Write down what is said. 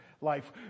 life